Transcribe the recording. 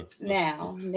now